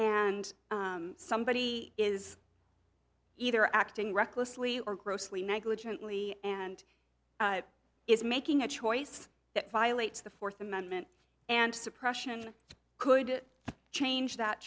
and somebody is either acting recklessly or grossly negligent lee and is making a choice that violates the fourth amendment and suppression could change that